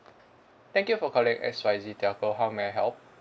thank you for calling X Y Z telco how may I help